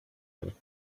him